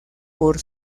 por